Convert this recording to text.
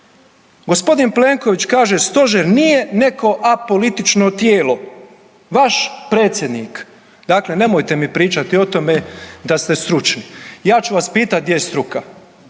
točno, g. Plenković kaže stožer nije neko apolitično tijelo, vaš predsjednik. Dakle, nemojte mi pričati o tome da ste stručni. Ja ću vas pitat gdje je struka,